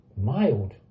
mild